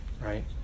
Right